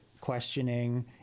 questioning